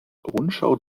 rundschau